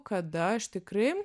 kada aš tikrai